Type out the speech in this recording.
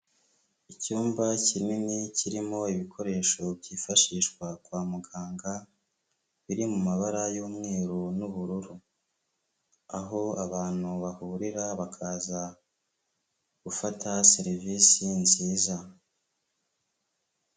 Icyumba kinini kirimo ibikoresho byifashishwa kwa muganga, biri mu mabara y'umweru n'ubururu, aho abantu bahurira bakaza gufata serivisi nziza.